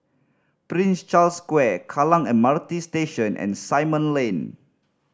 Prince Charles Square Kallang M R T Station and Simon Lane